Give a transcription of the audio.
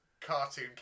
cartoon